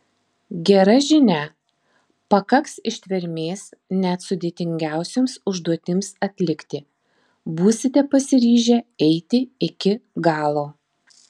gera žinia pakaks ištvermės net sudėtingiausioms užduotims atlikti būsite pasiryžę eiti iki galo